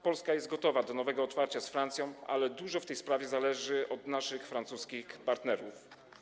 Polska jest gotowa na nowe otwarcie z Francją, ale dużo w tej sprawie zależy od naszych francuskich partnerów.